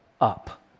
up